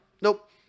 Nope